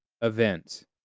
event